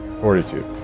Fortitude